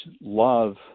love